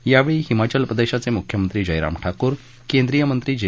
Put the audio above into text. यावेळी हिमाचल प्रदेशचे मुख्यमंत्री जयराम ठाकूर केंद्रीय मंत्री जे